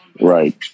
Right